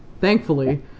thankfully